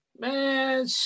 Man